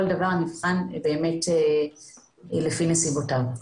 כל דבר נבחן באמת לפי נסיבותיו.